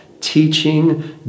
teaching